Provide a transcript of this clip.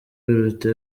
biruta